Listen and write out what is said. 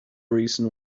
reason